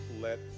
let